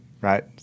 Right